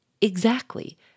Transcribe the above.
Exactly